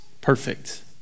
perfect